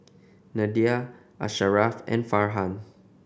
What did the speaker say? Nadia Asharaff and Farhan